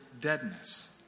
deadness